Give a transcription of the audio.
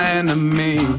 enemy